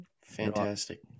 Fantastic